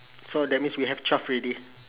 so that means we have twelve already